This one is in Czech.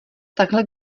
takhle